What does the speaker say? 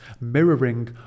mirroring